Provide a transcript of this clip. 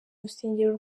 rusengero